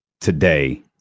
today